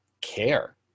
care